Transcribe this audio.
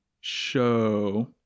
show